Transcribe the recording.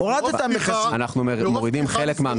אנחנו מורידים חלק מהמכסים.